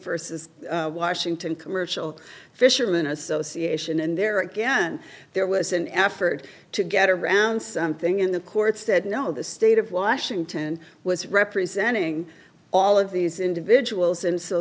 versus washington commercial fishermen association and there again there was an effort to get around something in the courts said no the state of washington was representing all of these individuals and so